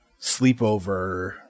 Sleepover